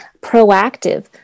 proactive